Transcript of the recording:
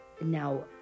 Now